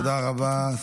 תודה רבה,